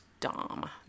dom